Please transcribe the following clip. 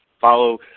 follow